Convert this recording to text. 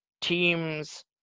teams